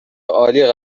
عالی